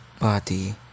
body